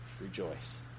rejoice